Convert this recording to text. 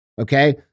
okay